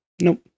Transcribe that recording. Nope